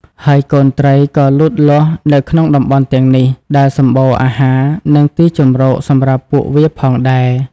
ហើយកូនត្រីក៏លូតលាស់នៅក្នុងតំបន់ទាំងនេះ ដែលសម្បូរអាហារ និងទីជម្រកសម្រាប់ពួកវាផងដែរ។